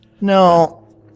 No